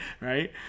Right